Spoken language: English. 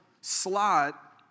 slot